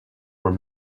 were